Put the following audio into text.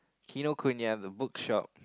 Kinokuniya the book shop